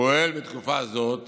פועל בתקופה זאת